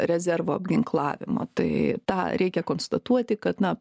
rezervo apginklavimo tai tą reikia konstatuoti kad na